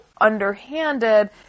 underhanded